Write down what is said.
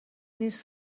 نیست